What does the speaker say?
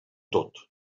tot